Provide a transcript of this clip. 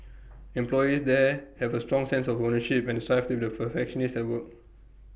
employees there have A strong sense of ownership and strive to perfectionists at work